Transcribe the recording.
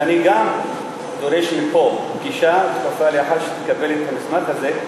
ואני גם דורש מפה פגישה דחופה לאחר שתקבל את המסמך הזה.